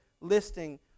listing